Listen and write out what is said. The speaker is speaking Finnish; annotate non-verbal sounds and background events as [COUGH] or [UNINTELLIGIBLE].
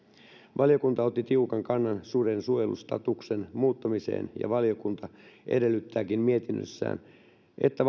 valiokunta otti tiukan kannan suden suojelustatuksen muuttamiseen ja valiokunta edellyttääkin mietinnössään että [UNINTELLIGIBLE]